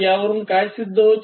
यावरून काय सिद्ध होते